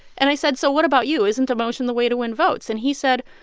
and i said, so what about you? isn't emotion the way to win votes? and he said,